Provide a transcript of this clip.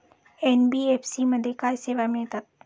NBFC मध्ये काय सेवा मिळतात?